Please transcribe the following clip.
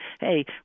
hey